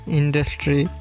industry